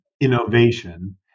innovation